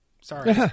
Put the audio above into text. Sorry